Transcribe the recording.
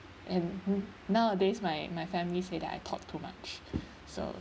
and nowadays my my family say that I talk too much so